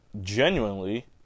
genuinely